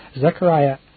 Zechariah